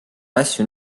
asju